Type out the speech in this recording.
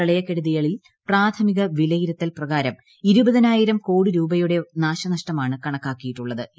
പ്രളയക്കെടുതികളിൽ പ്രാഥമിക് വിലയിരുത്തൽ പ്രകാരം ഇരുപതിനായിരം ക്ട്രോട്ടി രൂപയുടെ നാശനഷ്ടമാണ് കണക്കാക്കിയിട്ടുള്ളത്ട്ട്